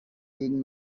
gegen